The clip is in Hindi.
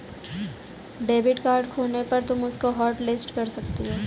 डेबिट कार्ड खोने पर तुम उसको हॉटलिस्ट कर सकती हो